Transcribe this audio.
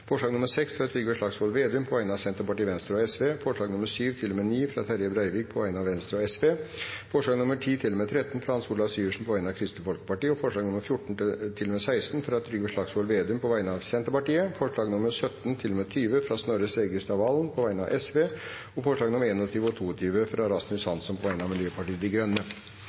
forslag nr. 6, fra Trygve Slagsvold Vedum på vegne av Senterpartiet, Venstre og Sosialistisk Venstreparti forslagene nr. 7–9, fra Terje Breivik på vegne av Venstre og Sosialistisk Venstreparti forslagene nr. 10–13, fra Hans Olav Syversen på vegne av Kristelig Folkeparti forslagene nr. 14–16, fra Trygve Slagsvold Vedum på vegne av Senterpartiet forslagene nr. 17–20, fra Snorre Serigstad Valen på vegne av Sosialistisk Venstreparti forslagene nr. 21 og 22, fra Rasmus Hansson på vegne av Miljøpartiet De Grønne